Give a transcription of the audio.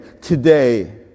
today